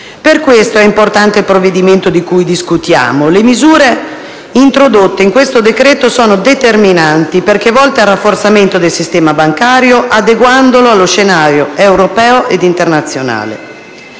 Per questo è importante il provvedimento di cui discutiamo. Le misure introdotte in questo decreto-legge sono determinanti perché volte al rafforzamento del sistema bancario, adeguandolo allo scenario europeo ed internazionale.